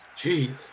Jeez